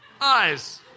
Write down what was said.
eyes